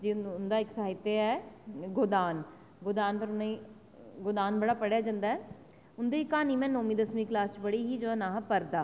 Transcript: उंदा इक्क साहित्य ऐ गोदान गोदान बड़ा पढ़ेआ जंदा ऐ उंदी क्हानी में नौमीं दसमीं च पढ़ी ही जेह्दा नांऽ ऐ परदा